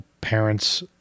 parents